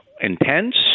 intense